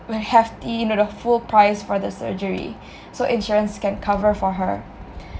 hefty you know the full price for the surgery so insurance can cover for her